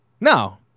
No